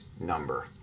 number